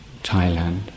Thailand